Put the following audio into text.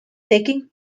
taking